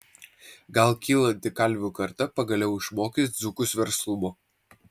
gal kylanti kalvių karta pagaliau išmokys dzūkus verslumo